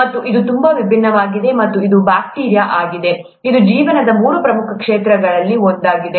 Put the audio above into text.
ಮತ್ತು ಇದು ತುಂಬಾ ವಿಭಿನ್ನವಾಗಿದೆ ಮತ್ತು ಅದು ಬ್ಯಾಕ್ಟೀರಿಯಾ ಆಗಿದೆ ಇದು ಜೀವನದ ಮೂರು ಪ್ರಮುಖ ಕ್ಷೇತ್ರಗಳಲ್ಲಿ ಒಂದಾಗಿದೆ